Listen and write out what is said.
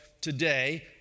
today